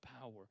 power